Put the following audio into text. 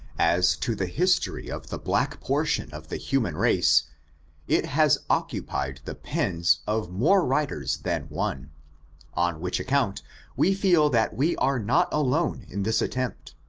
as to the history of the black portion of the human race it has occupied the pens of more writers than one on which account we feel that we are not alone in this attempt,